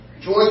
Joy